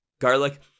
Garlic